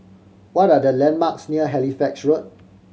what are the landmarks near Halifax Road